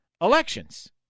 elections